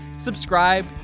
Subscribe